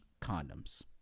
condoms